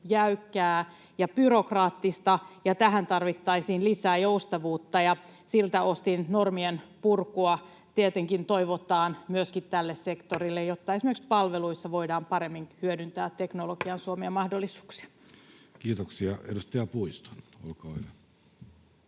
jäykkiä ja byrokraattisia. Tähän tarvittaisiin lisää joustavuutta, ja siltä osin normien purkua tietenkin toivotaan myöskin tälle sektorille, jotta esimerkiksi palveluissa voidaan paremmin hyödyntää teknologian suomia mahdollisuuksia. Kiitoksia. — Edustaja Puisto, olkaa hyvä.